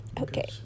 okay